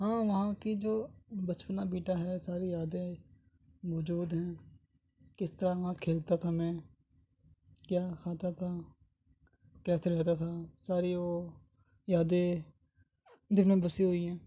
ہاں وہاں کی جو بچپنا بیتا ہے ساری یادیں موجود ہیں کس طرح وہاں کھیلتا تھا میں کیا کھاتا تھا کیسے رہتا تھا ساری وہ یادیں دل میں بسی ہوئی ہیں